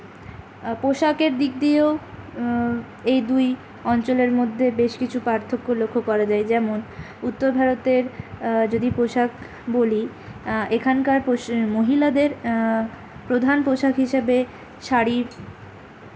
পোশাকের দিক দিয়েও এই দুই অঞ্চলের মধ্যে বেশ কিছু পার্থক্য লক্ষ্য করা যায় যেমন উত্তর ভারতের যদি পোশাক বলি এখানকার পোশ মহিলাদের প্রধান পোশাক হিসেবে শাড়ির